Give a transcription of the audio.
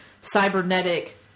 cybernetic